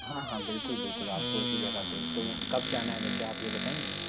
हाँ हाँ बिल्कुल बिल्कुल आपको उसी जगह पे तो कब जाना है वैसे आप बताएंगे